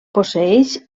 posseeix